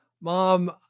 Mom